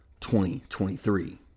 2023